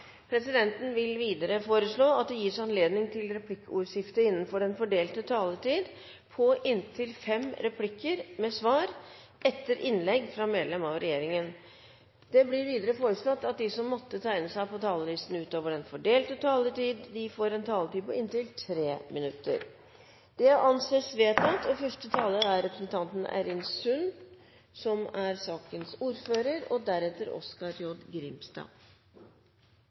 presidenten foreslå at det gis anledning til replikkordskifte på inntil fem replikker med svar etter innlegg fra medlem av regjeringen innenfor den fordelte taletid. Videre blir det foreslått at de som måtte tegne seg på talerlisten utover den fordelte taletid, får en taletid på inntil 3 minutter. – Det anses vedtatt. Første taler er Olemic Thommessen, som får ordet for saksordfører Linda Hofstad Helleland. Linda Hofstad Helleland er